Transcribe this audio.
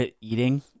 eating